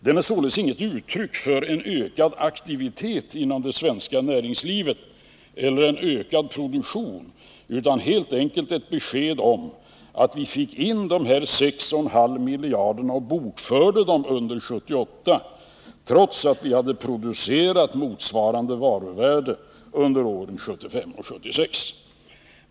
Den är således inget uttryck för en ökad aktivitet inom det svenska näringslivet eller en ökad produktion utan helt enkelt ett besked om att vi fick in dessa 6,5 miljarder och bokförde dem under 1978, trots att vi hade producerat motsvarande varuvärde under åren 1975 och 1976.